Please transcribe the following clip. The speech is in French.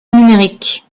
numérique